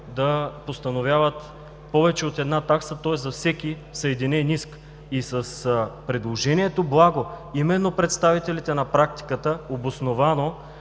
да постановяват повече от една такса, тоест за всеки съединен иск. И с предложението „благо“, именно представителите на практиката обосновано